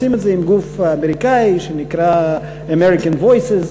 ועושים את זה עם גוף אמריקני שנקרא "American Voices",